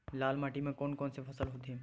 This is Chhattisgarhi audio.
लाल माटी म कोन कौन से फसल होथे?